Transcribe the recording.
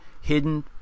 hidden